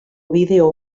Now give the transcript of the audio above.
bideo